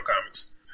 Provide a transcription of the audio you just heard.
comics